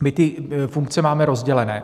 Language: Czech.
My ty funkce máme rozdělené.